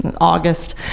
August